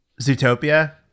Zootopia